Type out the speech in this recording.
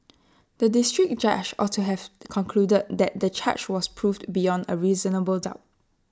the District Judge ought to have concluded that the charge was proved beyond A reasonable doubt